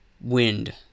wind